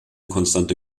konstante